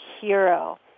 hero